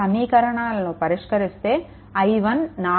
సమీకరణాలను పరిష్కరిస్తే i1 4